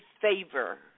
favor